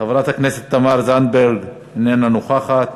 חברת הכנסת תמר זנדברג, איננה נוכחת,